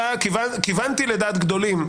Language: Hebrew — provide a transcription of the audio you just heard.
כיוונתי לדעת גדולים.